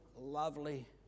lovely